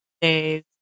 days